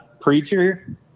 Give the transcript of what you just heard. preacher